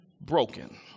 broken